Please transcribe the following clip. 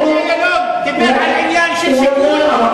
אילון דיבר על עניין של שיכון.